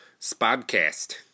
spodcast